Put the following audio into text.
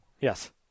Yes